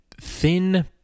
thin